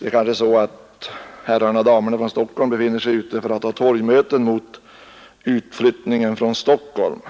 är ett hedrande undantag. Kanske är herrarna och damerna från Stockholm ute och deltar i torgmöten mot utflyttningen från huvudstaden.